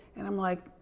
and i'm like,